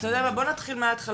אתה יודע מה, בוא נתחיל מההתחלה.